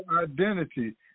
identity